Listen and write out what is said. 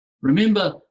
Remember